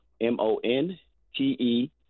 M-O-N-T-E